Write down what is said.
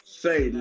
say